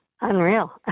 unreal